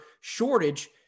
shortage